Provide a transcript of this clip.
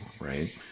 Right